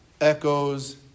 echoes